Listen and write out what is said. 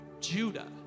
Judah